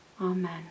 Amen